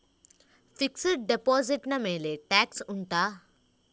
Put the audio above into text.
fixed deposit ನ ಮೇಲೆ tax ಉಂಟಾ